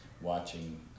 watching